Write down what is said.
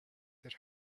that